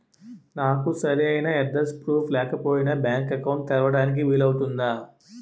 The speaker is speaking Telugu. నాకు సరైన అడ్రెస్ ప్రూఫ్ లేకపోయినా బ్యాంక్ అకౌంట్ తెరవడానికి వీలవుతుందా?